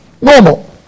normal